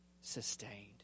sustained